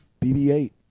BB-8